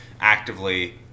actively